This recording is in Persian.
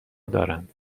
دارند